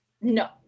No